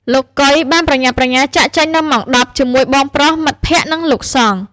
លោក កុយ បានប្រញាប់ប្រញាល់ចាកចេញនៅម៉ោង ១០ ជាមួយបងប្រុស មិត្តភក្តិ និងលោកសង្ឃ។